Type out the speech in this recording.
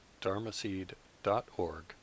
dharmaseed.org